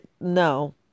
No